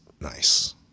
nice